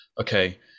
okay